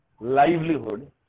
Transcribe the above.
livelihood